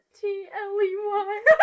T-L-E-Y